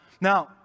Now